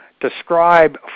describe